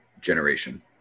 generation